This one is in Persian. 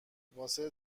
واسه